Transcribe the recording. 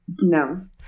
No